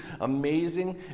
amazing